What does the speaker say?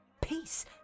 Peace